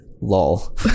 lol